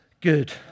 good